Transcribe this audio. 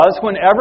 whenever